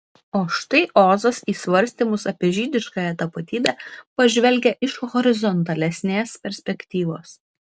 o štai ozas į svarstymus apie žydiškąją tapatybę pažvelgia iš horizontalesnės perspektyvos